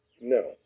No